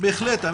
אני